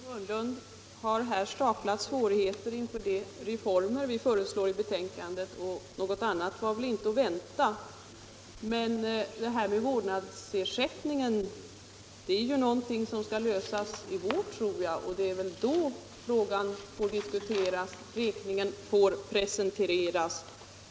Herr talman! Fru Hörnlund har här staplat svårigheter inför de reformer som vi föreslår i betänkandet, och något annat var väl inte att vänta. Men frågan om vårdnadsersättningen är ju, om jag inte misstar mig, något som skall lösas i vår, och det är väl då frågan får diskuteras och räkningen presenteras.